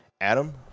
Adam